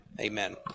amen